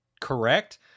correct